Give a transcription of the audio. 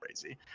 crazy